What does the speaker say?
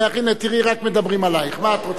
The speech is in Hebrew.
הנה תראי, רק מדברים עלייך, מה את רוצה,